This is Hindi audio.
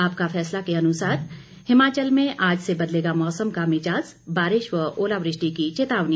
आपका फैसला के अनुसार हिमाचल में आज से बदलेगा मौसम का मिजाज बारिश व ओलावृष्टि की चेतावनी